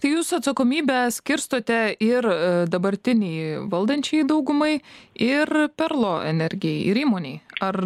tai jūs atsakomybę skirstote ir dabartinei valdančiajai daugumai ir perlo energijai ir įmonei ar